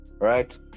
right